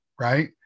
Right